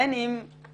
בין אם גלויים,